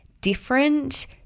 different